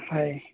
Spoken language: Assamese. হয়